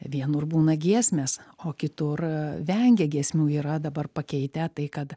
vienur būna giesmės o kitur vengia giesmių yra dabar pakeitę tai kad